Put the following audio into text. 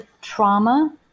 trauma